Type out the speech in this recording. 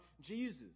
Jesus